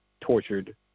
tortured